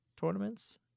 tournaments